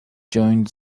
joined